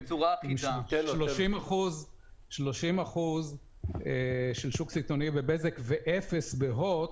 30 אחוזים של שוק סיטונאי בבזק ואפס בהוט,